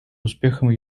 успехом